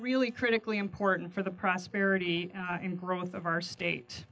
really critically important for the prosperity and growth of our state